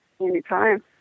Anytime